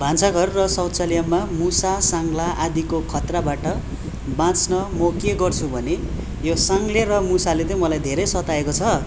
भान्सा घर र शौचालयमा मुसा साङ्ला आदिको खतराबाट बाँच्न म के गर्छु भने यो साङ्ले र मुसाले चाहिँ मलाई धेरै सताएको छ